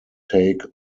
take